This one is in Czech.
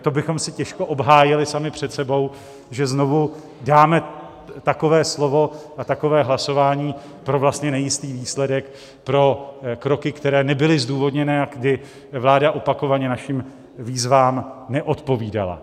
To bychom si těžko obhájili sami před sebou, že znovu dáme takové slovo a takové hlasování pro vlastně nejistý výsledek, pro kroky, které nebyly zdůvodněny a kdy vláda opakovaně našim výzvám neodpovídala.